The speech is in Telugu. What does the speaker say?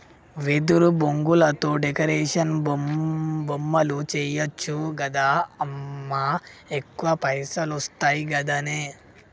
వెదురు బొంగులతో డెకరేషన్ బొమ్మలు చేయచ్చు గదా అమ్మా ఎక్కువ పైసలొస్తయి గదనే